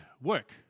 work